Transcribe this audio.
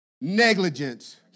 negligence